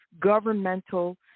governmental